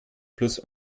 plus